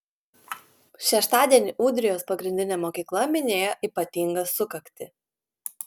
šeštadienį ūdrijos pagrindinė mokykla minėjo ypatingą sukaktį